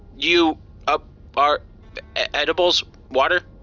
you up our edibles, water,